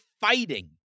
fighting